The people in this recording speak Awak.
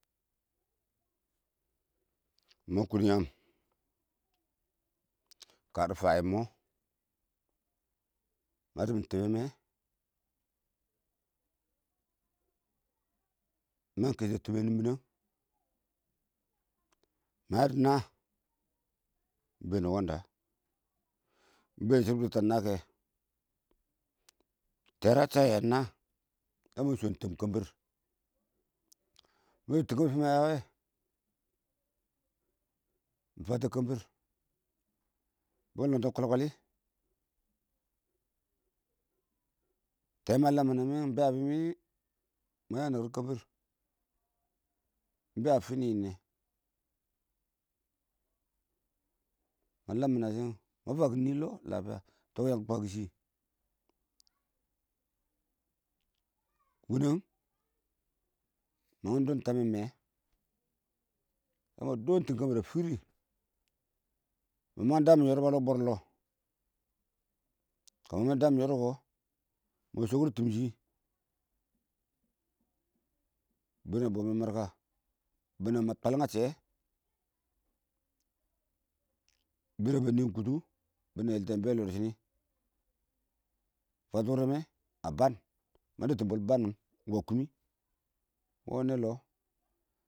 mə kʊn yəəm kə dɪ fəyɛ ɪng mɔɔm, mə dɪbɪn tɪmmɛ mɛ, mə kɛshɛ tɪmɛn nɪn bɪnɛn mɪ mə yəə dɪ nəə, mɪ bɛɛn dɪ wəndə, ɪng bɛɛn dɪ bɪ dɪk tɛ ə nəə kɛ tɛ rə ə chəyyɛ dɪ nəə yəəm mɪ sgɔ tɪm kənbɪr mə yɪɪ tɪɪkɪr fɪ mə yə wɛ ɪng fətɛ kənbɪr, bɛɛn ɪng lɔng tɔ kwəl-kwəlɪ, tɛɛ mɛ ə ləmm mɪ nɪ bɛɛn ə fɪɪ, mɪɪ mə yəng nəkɪr kənbɪr mɪ bɛ ə fɪnɪ nɛ, mə ləmmɪnɛ shɪ mə fə kɪng nɪ lɔɔ ləpɪyəə tɔɔ yəng kwəkʊ shɪ fʊr lɔɔ mənghən dɔn təmɛ mɛ yəə dʊn tɪn kə dɪ fwɪn nɪ mɪ məng dəəm yɔrɔ ə lɔɔ bɔrɔlɔ, kəmɪ məng dəən yɔrɔ kɔ mɪ shɔkɔr tɪɪm shɪ bɪ nɛ bɔyɔn mərkə, bɪ nɛn mətwəlɪn ɪng nyəccɪyɛ, bɪnɛn bə nɛ kʊdʊ, be tʊ wʊrɛ mɛ, ə bəən mə dəttɪ bwəl bəən mɪn ɪng wə kʊmɪ wɔɔn nɛ lɔɔ.